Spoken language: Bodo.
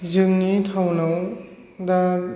जोंनि टाउनाव दा